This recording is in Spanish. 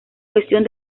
cuestión